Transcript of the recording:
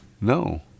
No